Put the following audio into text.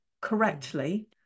correctly